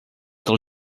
del